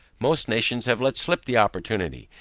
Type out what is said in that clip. most nations have let slip the opportunity,